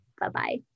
Bye-bye